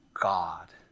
God